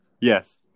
Yes